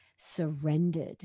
surrendered